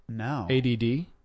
ADD